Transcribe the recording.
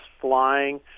flying